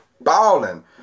balling